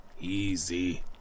easy